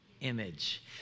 image